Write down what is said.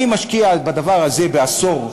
אני משקיע בדבר הזה בעשור,